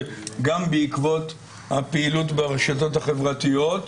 גם בעקבות הפעילות ברשתות החברתיות,